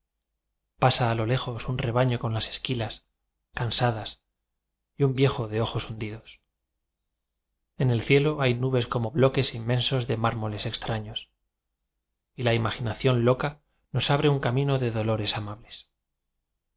pasa a lo lejos un rebaño con las esquilas cansa das y un viejo de ojos hundidos en el cie lo hay nubes como bloques inmensos de mármoles extraños y la imaginación loca nos abre un camino de dolores ama